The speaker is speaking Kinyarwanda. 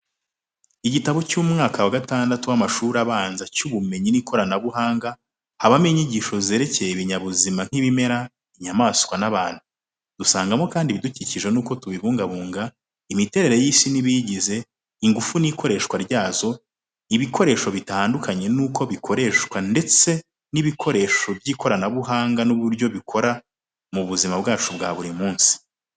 Igitabo cy’umwaka wa gatandatu w'amashuri abanza cy’ubumenyi n’ikoranabuhanga habamo inyigisho zerekeye ibinyabuzima nk'ibimera, inyamaswa n’abantu. Dusangamo kandi ibidukikije n’uko tubibungabunga, imiterere y’isi n’ibiyigize, ingufu n’ikoreshwa ryazo, ibikoresho bitandukanye n'uko bikorwa ndetse n'ibikoresho by'ikoranabuhanga n'uburyo bikora mu buzima bwacu bwa buri munsi.